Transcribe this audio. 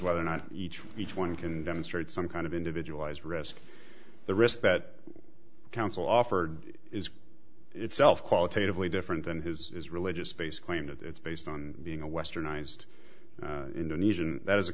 whether or not each each one can demonstrate some kind of individualized risk the risk that counsel offered is itself qualitatively different than his religious based claim that it's based on being a westernized indonesian that is a